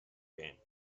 game